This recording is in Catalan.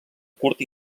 curt